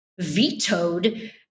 vetoed